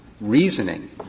reasoning